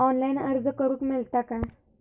Online अर्ज करूक मेलता काय?